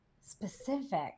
specific